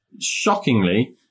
shockingly